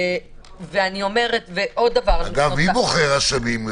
מי בוחר רשמים,